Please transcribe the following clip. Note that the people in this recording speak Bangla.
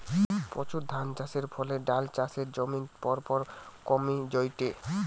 প্রচুর ধানচাষের ফলে ডাল চাষের জমি পরপর কমি জায়ঠে